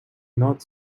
not